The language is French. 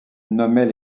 nommait